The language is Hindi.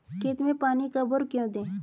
खेत में पानी कब और क्यों दें?